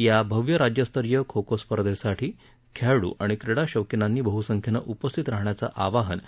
या भव्य राज्यस्तरीय खो खो स्पर्धेसाठी खेळाडू आणि क्रीडा शौकीनांनी बह्संख्येने उपस्थित राहण्याच आवाहन